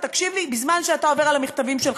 תקשיב לי בזמן שאתה עובר על המכתבים שלך.